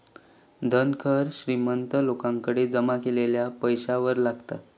धन कर श्रीमंत लोकांकडे जमा केलेल्या पैशावर लागता